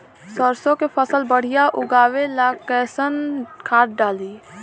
सरसों के फसल बढ़िया उगावे ला कैसन खाद डाली?